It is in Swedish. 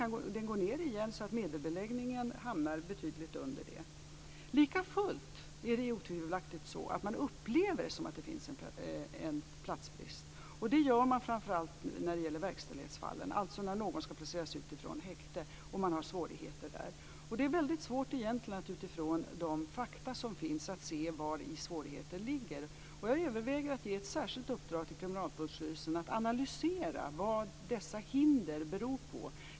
Men den går ned igen, så att medelbeläggningen hamnar betydligt under det. Likafullt är det otvivelaktigt så, att man upplever det som att det finns en platsbrist. Det gör man framför allt när det gäller verkställighetsfallen, alltså när någon ska placeras ut ifrån häkte och man har svårigheter där. Det är egentligen väldigt svårt att utifrån de fakta som finns se vari svårigheterna ligger. Jag överväger att ge i särskilt uppdrag till Kriminalvårdsstyrelsen att analysera vad dessa hinder beror på.